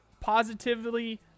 positively